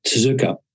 Suzuka